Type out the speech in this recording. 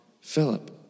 Philip